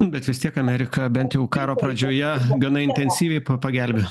bet vis tiek amerika bent jau karo pradžioje gana intensyviai pagelbėjo